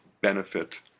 benefit